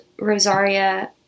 Rosaria